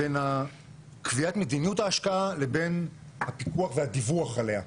בין קביעת מדיניות ההשקעה לבין הפיקוח והדיווח עליה.